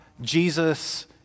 Jesus